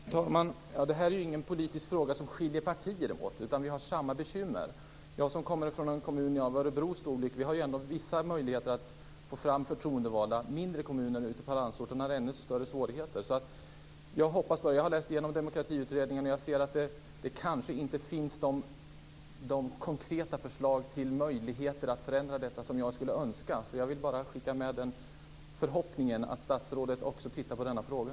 Fru talman! Det här är ingen politisk fråga som skiljer partier åt. Vi har samma bekymmer. Jag kommer från en kommun av Örebros storlek och vi har ändå vissa möjligheter att få fram förtroendevalda. Mindre kommuner ute i landsorten har ännu större svårigheter. Jag har läst igenom Demokratiutredningen och har sett att de konkreta förslag till att förändra detta som jag skulle önska kanske inte finns. Jag vill bara skicka med den förhoppningen att statsrådet också tittar närmare på denna fråga.